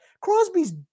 Crosby's